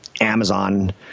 Amazon